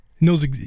knows